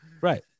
Right